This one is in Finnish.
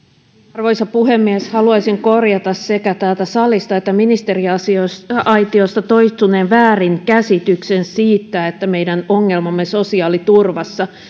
arvoisa puhemies haluaisin korjata sekä täältä salista että ministeriaitiosta toistuneen väärinkäsityksen siitä että meidän ongelmamme sosiaaliturvassa